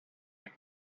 name